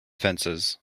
fences